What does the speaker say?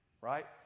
Right